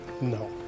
no